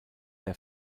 der